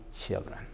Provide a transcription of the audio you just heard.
children